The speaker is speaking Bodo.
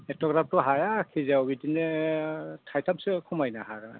एथ'ग्राबथ' हाया केजियाव बिदिनो थायथामसो खमायनो हागोन